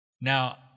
Now